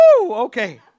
okay